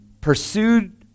pursued